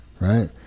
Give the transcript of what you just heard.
right